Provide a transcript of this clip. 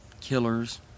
killers